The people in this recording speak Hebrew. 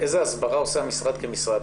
איזו הסברה עושה המשרד כמשרד.